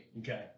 Okay